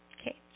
Okay